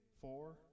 four